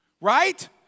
Right